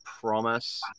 promise